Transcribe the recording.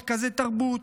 מרכזי תרבות,